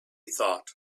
thought